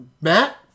matt